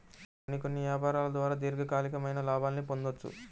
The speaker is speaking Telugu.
కొన్ని కొన్ని యాపారాల ద్వారా దీర్ఘకాలికమైన లాభాల్ని పొందొచ్చు